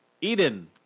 Eden